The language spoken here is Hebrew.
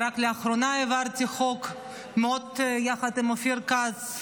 ורק לאחרונה העברתי חוק יחד עם אופיר כץ,